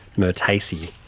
myrtaceae,